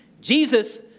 Jesus